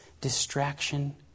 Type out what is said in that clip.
distraction